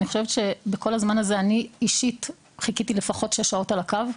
אני חושבת שבכל הזמן הזה אני אישית חיכיתי לפחות 6 שעות על הקו,